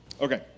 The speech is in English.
Okay